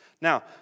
Now